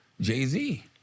Jay-Z